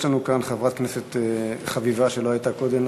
יש לנו כאן חברת כנסת חביבה שלא הייתה קודם